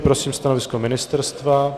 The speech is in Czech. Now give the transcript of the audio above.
Prosím o stanovisko ministerstva.